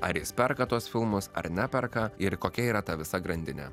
ar jis perka tuos filmus ar neperka ir kokia yra ta visa grandinė